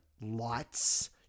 lights